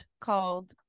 called